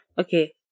Okay